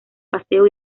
paseo